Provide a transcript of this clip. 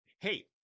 hey